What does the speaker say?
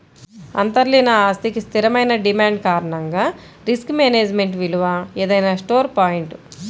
అంతర్లీన ఆస్తికి స్థిరమైన డిమాండ్ కారణంగా రిస్క్ మేనేజ్మెంట్ విలువ ఏదైనా స్టోర్ పాయింట్